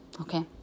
Okay